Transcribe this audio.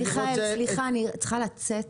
סליחה, אני צריכה לצאת.